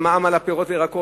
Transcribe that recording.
מהמע"מ על הפירות והירקות.